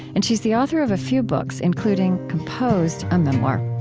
and she's the author of a few books, including composed a memoir